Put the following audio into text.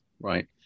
right